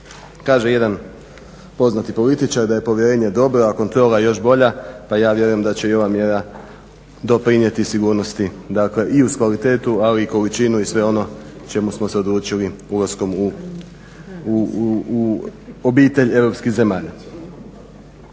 Kaže jedan poznati političar da je povjerenje dobro, a kontrola još bolja pa ja vjerujem da će i ova mjera doprinijeti sigurnosti dakle i uz kvalitetu, ali i količinu i sve ono čemu smo se odlučili ulaskom u obitelj europskih zemalja.